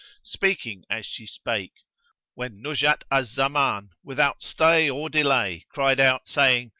speaking as she spake when nuzhat al-zaman, without stay or delay, cried out, saying,